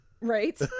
Right